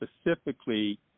specifically